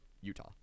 utah